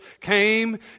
came